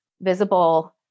visible